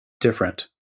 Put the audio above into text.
different